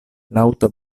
laŭta